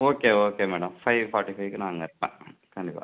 okay okay madam five forty பைவ்க்கு நான் அங்கே இருப்பேன் கண்டிப்பாக